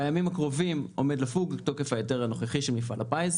בימים הקרובים עומד לפוג תוקף ההיתר הנוכחי של מפעל הפיס,